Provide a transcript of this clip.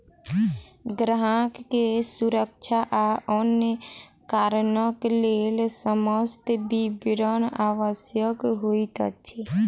ग्राहक के सुरक्षा आ अन्य कारणक लेल समस्त विवरण आवश्यक होइत अछि